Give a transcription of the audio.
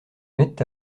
mettent